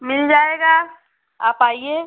मिल जाएगा आप आइए